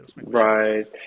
Right